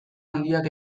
handiak